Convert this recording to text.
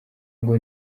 ngo